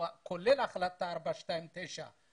או כולל החלטה 429,